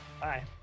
Bye